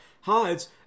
hides